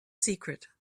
secret